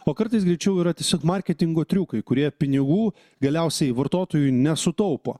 o kartais greičiau yra tiesiog marketingo triukai kurie pinigų galiausiai vartotojui nesutaupo